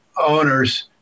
owners